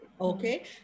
Okay